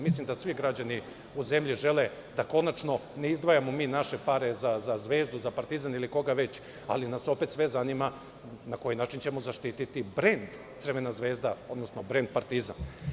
Mislim da svi građani u zemlji žele da konačno ne izdvajamo mi naše pare za Zvezdu, za Partizan ili koga već, ali nas opet sve zanima na koji način ćemo zaštiti brend Crvena Zvezda, odnosno brend Partizan.